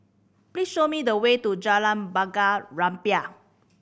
please show me the way to Jalan Bunga Rampai